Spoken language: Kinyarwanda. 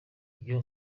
byo